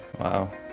Wow